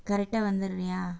கரெக்டாக வந்துடுவியா